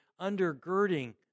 undergirding